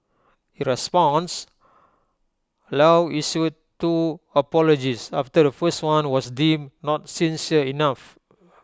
in response low issued two apologies after the first one was deemed not sincere enough